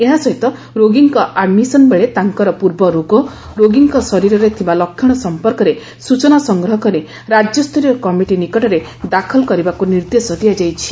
ଏହା ସହିତ ରୋଗୀଙ୍କ ଆଡ୍ମିଶନ୍ବେଳେ ତାଙ୍କର ପୂର୍ବ ରୋଗ ରୋଗୀଙ୍କ ଶରୀରରେ ଥିବା ଲକ୍ଷଣ ସମ୍ମର୍କରେ ସୂଚନା ସଂଗ୍ରହ କରି ରାଜ୍ୟସ୍ତରୀୟ କମିଟି ନିକଟରେ ଦାଖଲ କରିବାକୁ ନିର୍ଦ୍ଦେଶ ଦିଆଯାଇଛି